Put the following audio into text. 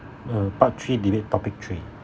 uh part three debate topic three